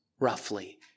roughly